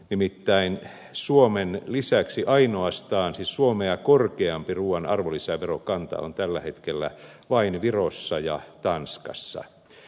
nimittäin suomea korkeampi ruuan arvonlisäverokanta on tällä hetkellä vain virossa ja tanskassa